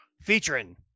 featuring